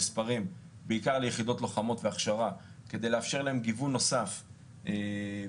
בעיקר ליחידות לוחמות והכשרה כדי לאפשר להם גיוון נוסף במזון,